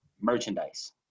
merchandise